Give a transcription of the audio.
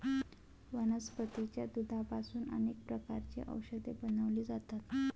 वनस्पतीच्या दुधापासून अनेक प्रकारची औषधे बनवली जातात